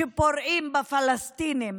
שפורעים בפלסטינים,